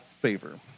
favor